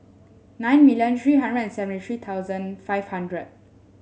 nine million three hundred and seventy three thousand five hundred